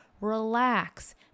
relax